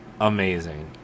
amazing